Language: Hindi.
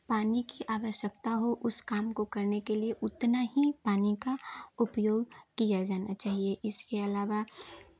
पानी की आवश्यकता हो उस काम को करने के लिए उतना ही पानी का उपयोग किया जाना चाहिए इसके अलावा